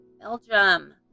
Belgium